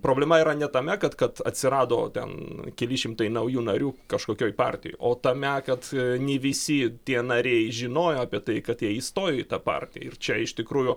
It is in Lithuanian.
problema yra ne tame kad kad atsirado ten keli šimtai naujų narių kažkokioj partijoj o tame kad ne visi tie nariai žinojo apie tai kad jie įstojo į tą partiją ir čia iš tikrųjų